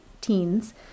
teens